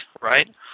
right